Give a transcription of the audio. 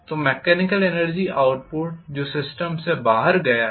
तो mechanical energy output जो system से बाहर आ गया है